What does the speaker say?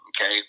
okay